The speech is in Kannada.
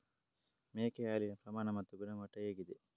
ಮೇಕೆ ಹಾಲಿನ ಪ್ರಮಾಣ ಮತ್ತು ಗುಣಮಟ್ಟ ಹೇಗಿದೆ?